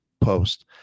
post